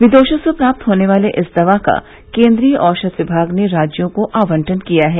विदेशों से प्राप्त होने वाली इस दवा का केंद्रीय औषध विभाग ने राज्यों को आवंटन किया है